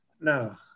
No